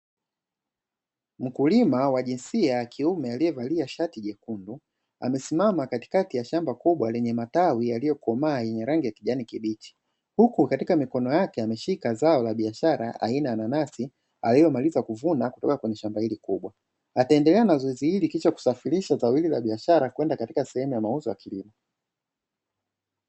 Mkulima wa jinsia ya kiume aliyevalii shati jekundu amesimama katika ya shamba lenye matawi yaliyokomaa ya rangi ya kijani kibichi huku katika mikono yakee ameshika zao la biashara aina ya nanasi aliyemaliza kuvvuna kutoka kwenye shambani hili kubwa. Akaendelea na zoezii hili kwisha kusafirisha kwenda katika sehemu ya mauzo ya kilimo.